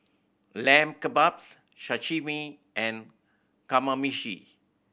Lamb Kebabs Sashimi and Kamameshi